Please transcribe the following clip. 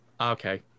Okay